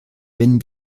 wenn